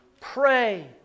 Pray